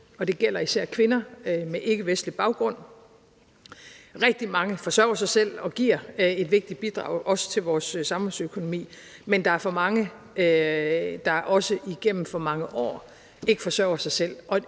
og det gælder især kvinder med ikkevestlig baggrund. Der er rigtig mange, der forsørger sig selv og giver et vigtigt bidrag også til vores samfundsøkonomi, men der er for mange, der også igennem for mange år ikke forsørger sig selv.